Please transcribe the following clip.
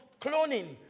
cloning